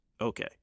Okay